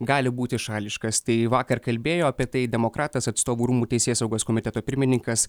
gali būti šališkas tai vakar kalbėjo apie tai demokratas atstovų rūmų teisėsaugos komiteto pirmininkas